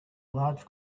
large